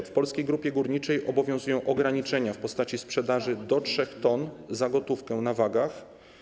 Np. w Polskiej Grupie Górniczej obowiązują ograniczenia w postaci sprzedaży do 3 t za gotówkę na wagach.